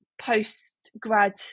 post-grad